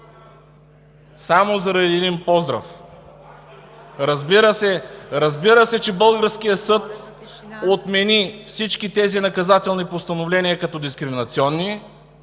за тишина! ХАМИД ХАМИД: Разбира се, че българският съд отмени всички тези наказателни постановления като дискриминационни,